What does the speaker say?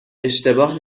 اشتباه